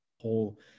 whole